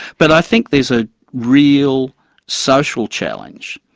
but i think there's a real social challenge.